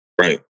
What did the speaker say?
Right